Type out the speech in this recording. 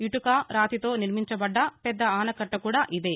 ఇటుక రాతితో నిర్మించబడ్డ పెద్ద ఆనకట్ట కూడా ఇదే